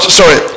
sorry